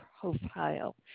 profile